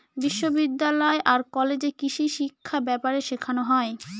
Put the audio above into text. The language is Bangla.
বিশ্ববিদ্যালয় আর কলেজে কৃষিশিক্ষা ব্যাপারে শেখানো হয়